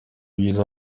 ibyiza